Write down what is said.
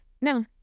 No